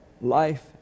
life